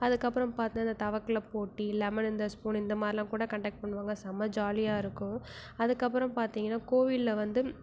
அதுக்கப்புறம் பார்த்தா இந்த தவக்களை போட்டி லெமன் இன் த ஸ்பூன் இந்தமாதிரிலாம் கூட கண்டெக்ட் பண்ணுவாங்க செம்ம ஜாலியாக இருக்கும் அதுக்கப்புறம் பார்த்திங்கனா கோவிலில் வந்து